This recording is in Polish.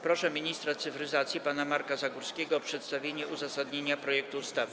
Proszę ministra cyfryzacji pana Marka Zagórskiego o przedstawienie uzasadnienia projektu ustawy.